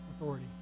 authority